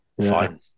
fine